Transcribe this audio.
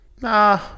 Nah